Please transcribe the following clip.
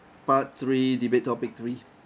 part three debate topic three